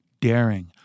daring